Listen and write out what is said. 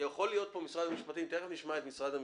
ותכף נשמע פה את משרד המשפטים,